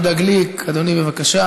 חבר הכנסת יהודה גליק, אדוני, בבקשה.